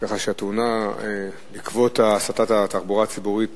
כך שהתאונה בעקבות הסטת התחבורה הציבורית